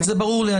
זה ברור לי.